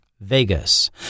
Vegas